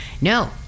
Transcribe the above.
No